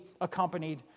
accompanied